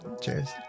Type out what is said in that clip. Cheers